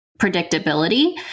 predictability